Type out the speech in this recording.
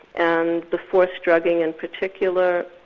and the forced drugging in particular,